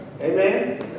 Amen